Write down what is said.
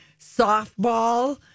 softball